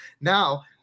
Now